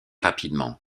rapidement